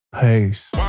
Peace